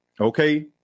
Okay